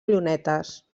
llunetes